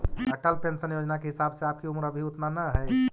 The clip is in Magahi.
अटल पेंशन योजना के हिसाब से आपकी उम्र अभी उतना न हई